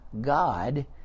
God